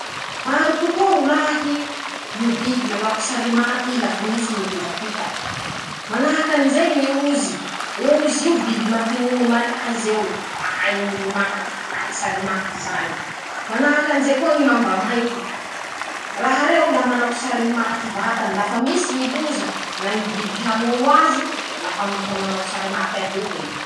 Maro tokoa rolahy ñy biby manao kisary maty lafa misy ñy loza hitany: Manahaky anizay ñy ozy. ozy io biby mampinono malaz'eo. mahay moly maty. mahay kisary maty zany ;manahaky anizay koa ñy mamba mainty. raha reo la manao kisary maty vatany lafa misy ñy loza na ñy biby hamono azy. la fa mikao manao kisary matry aloh'ey.